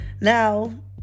now